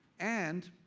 and,